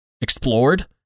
explored